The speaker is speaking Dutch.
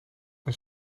een